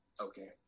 okay